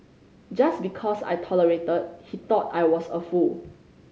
just because I tolerated he thought I was a fool